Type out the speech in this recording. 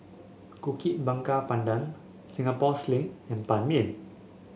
Kuih Bakar Pandan Singapore Sling and Ban Mian